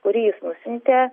kurį jis nusiuntė